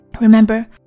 Remember